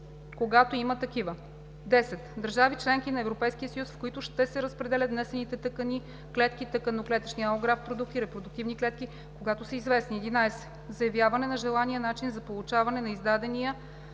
когато има такива; 10. държави – членки на Европейския съюз, в които ще се разпределят внесените тъкани, клетки, тъканно-клетъчни алографт продукти, репродуктивни клетки, когато са известни; 11. заявяване на желания начин за получаване на издадения